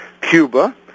Cuba